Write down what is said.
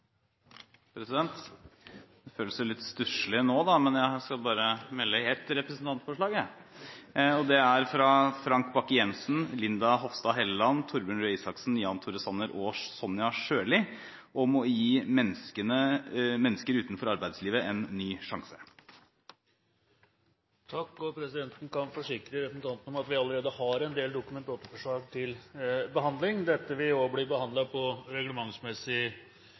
representantforslag. Det føles litt stusselig bare å skulle legge frem ett representantforslag nå: Det er fra Frank Bakke-Jensen, Linda C. Hofstad Helleland, Jan Tore Sanner, Sonja Irene Sjøli og meg selv om å gi mennesker utenfor arbeidslivet en ny sjanse. Presidenten kan forsikre representanten om at vi allerede har en del Dokument 8-forslag til behandling. Dette forslaget vil bli behandlet på reglementsmessig